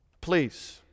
please